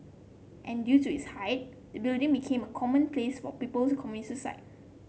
and due to its height the building became a common place for people to commit suicide